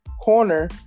corner